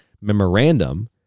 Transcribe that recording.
memorandum